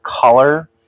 color